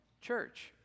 church